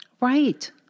Right